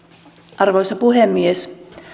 arvoisa puhemies